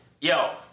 Yo